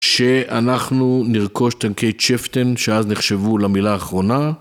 שאנחנו נרכוש טנקי צ'פטן, שאז נחשבו למילה האחרונה.